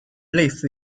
类似